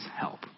help